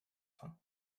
fin